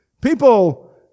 People